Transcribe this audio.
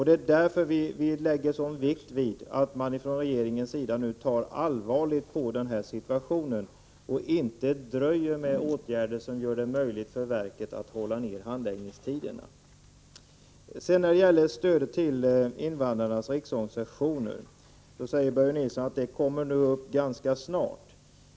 Det är därför vi lägger sådan vikt vid att regeringen nu tar allvarligt på situationen och inte dröjer med åtgärder som gör det möjligt för invandrarverket att hålla nere handläggningstiderna. När det gäller stödet till invandrarnas riksorganisationer säger Börje Nilsson att detta kommer upp ganska snart.